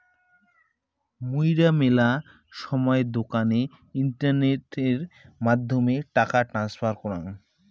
মুইরা মেলা সময় দোকানে ইন্টারনেটের মাধ্যমে টাকা ট্রান্সফার করাং